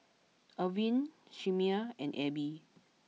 Irven Chimere and Elby